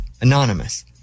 anonymous